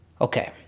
Okay